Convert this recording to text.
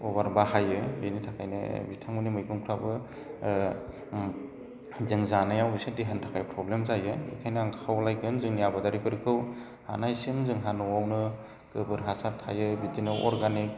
अभार बाहायो बेनि थाखायनो बिथांमोननि मैगंफ्राबो जों जानायाव एसे देहानि थाखाय प्रब्लेम जाहैगोन बेखायनो आं खावलायगोन जोंनि आबादारिफोरखौ हानायसिम जोंहा न'आवनो गोबोर हासार थायो बिदिनो अरगानिक